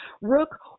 rook